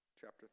chapter